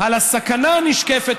מהסכנה הנשקפת,